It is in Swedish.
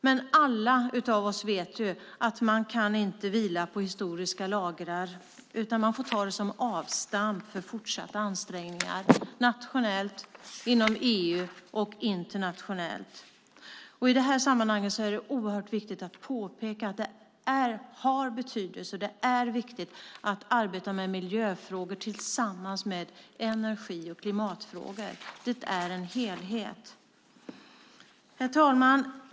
Men vi vet alla att man inte kan vila på historiska lagrar, utan man får ta dem som avstamp för fortsatta ansträngningar nationellt, inom EU och internationellt. I det här sammanhanget är det oerhört viktigt att påpeka att det har betydelse och är viktigt att arbeta med miljöfrågor tillsammans med energi och klimatfrågor. Det är en helhet. Herr talman!